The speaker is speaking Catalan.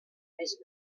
més